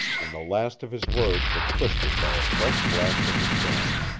and the last of his words were twisted by a fresh blast of the storm.